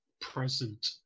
present